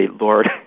Lord